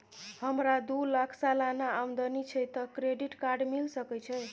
हमरा दू लाख सालाना आमदनी छै त क्रेडिट कार्ड मिल सके छै?